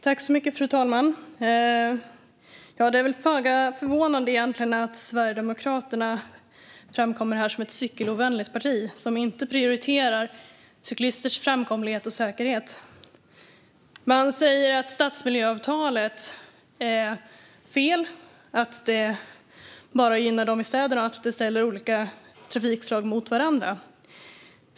Fru talman! Det är väl egentligen föga förvånande att Sverigedemokraterna visar sig vara ett cykelovänligt parti som inte prioriterar cyklisters framkomlighet och säkerhet. Man säger att stadsmiljöavtalet är fel, att det bara gynnar dem i städerna och att det ställer olika trafikslag mot varandra.